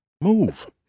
move